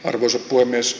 arvoisa puhemies